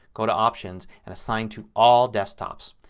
go to options and assign to all desktops.